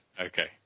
Okay